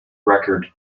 record